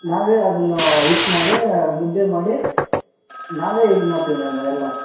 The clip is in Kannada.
ನಾವೇ ಅದನ್ನು ಹಿಟ್ಟು ಮಾಡಿ ಮುದ್ದೆ ಮಾಡಿ ನಾವೇ ಇದು ಮಾಡ್ತೀವಿ ಮೇಡಮ್ ಅದೆಲ್ಲ